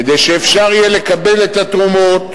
כדי שיהיה אפשר לקבל את התרומות.